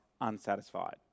unsatisfied